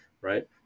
right